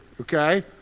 okay